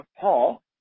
Paul